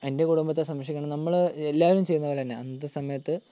എൻ്റെ കുടുംബത്തെ സംരക്ഷിക്കണം നമ്മള് എല്ലാവരും ചെയ്യുന്ന പോലെ തന്നെ അന്നത്തെ സമയത്ത്